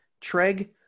Treg